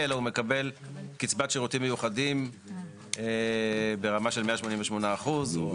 אלא הוא מקבל קצבת שירותים מיוחדים ברמה של 188 אחוז.